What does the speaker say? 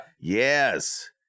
Yes